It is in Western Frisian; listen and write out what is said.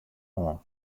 oan